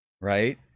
right